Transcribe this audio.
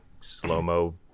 slow-mo